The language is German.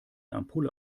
ampulle